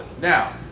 Now